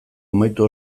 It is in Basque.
amaitu